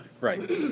right